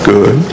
Good